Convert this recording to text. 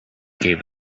gave